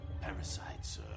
parasites